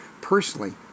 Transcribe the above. personally